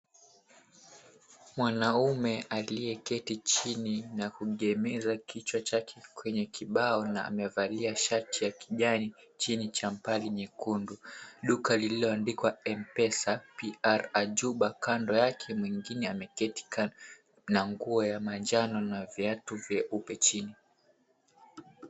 Mwanaume aliyeketi chini na kuegemeza kichwa chake kwenye kibao na amevalia shati la kijani, chini champali nyekundu. Duka lililoandikwa Mpesa PR Ajuba. Kando yake mwingine ameketi na nguo ya manjano na viatu vyeupe chini.